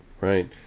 right